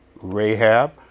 Rahab